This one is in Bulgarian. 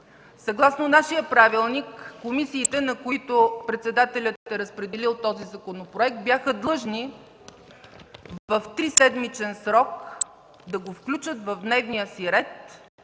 Съгласно нашия правилник комисиите, на които председателят е разпределил този законопроект, бяха длъжни в триседмичен срок да го включат в дневния си ред